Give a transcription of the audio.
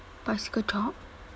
bicycle job